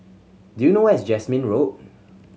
do you know where is Jasmine Road